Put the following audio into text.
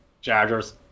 chargers